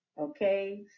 okay